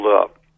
up